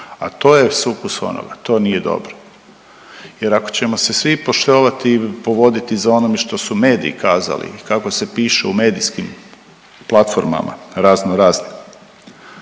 a to je sukus onoga to nije dobro jer ako ćemo se svi poštovati i povoditi za onome što su mediji kazali i kako se piše u medijskim platformama razno raznim